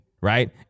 right